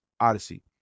Odyssey